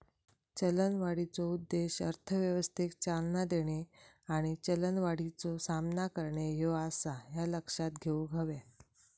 चलनवाढीचो उद्देश अर्थव्यवस्थेक चालना देणे आणि चलनवाढीचो सामना करणे ह्यो आसा, ह्या लक्षात घेऊक हव्या